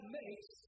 makes